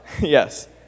Yes